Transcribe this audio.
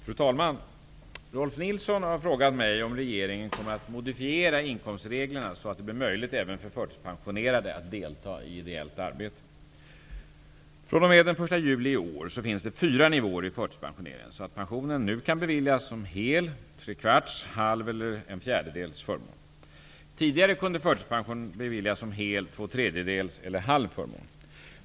Fru talman! Rolf L Nilson har frågat mig om regeringen kommer att modifiera inkomstreglerna så att det blir möjligt även för förtidspensionerade att delta i ideellt arbete. fr.o.m. den 1 juli i år finns det fyra nivåer i förtidspensioneringen, så att pensionen nu kan beviljas som hel, tre kvarts, halv eller en fjärdedels förmån. Tidigare kunde förtidspension beviljas som hel, två tredjedels eller halv förmån.